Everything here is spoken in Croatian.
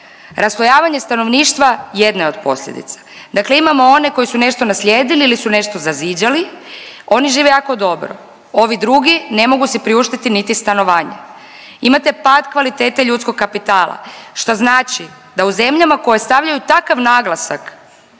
Raslojavanje stanovništva jedna je od posljedica. Dakle, imamo one koji su nešto naslijedili ili su nešto zaziđali, oni žive jako dobro. Ovi drugi ne mogu si priuštiti niti stanovanje. Imate pad kvalitete ljudskog kapitala šta znači da u zemljama koje stavljaju takav naglasak